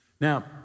Now